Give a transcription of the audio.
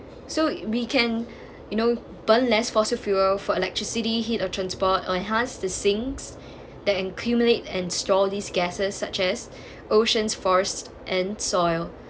so we can you know burnt less fossil fuel for electricity heat or transport or enhance the sings that accumulate and stall these gases such as oceans forced and soil